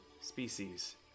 species